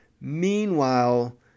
Meanwhile